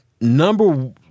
number